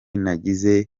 nagize